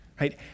right